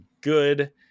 good